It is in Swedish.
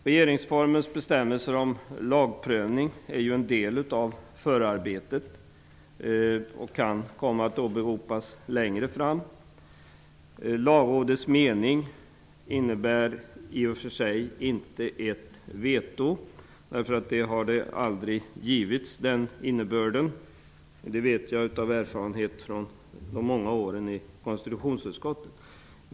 Regeringsformens bestämmelser om lagprövning är en del av förarbetet och kan komma att åberopas längre fram. Lagrådets uttalande innebär i och för sig inte ett veto -- det har aldrig givits den innebörden, det vet jag av erfarenhet från många år i konstitutionsutskottet.